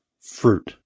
fruit